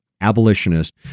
abolitionist